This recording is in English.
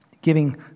giving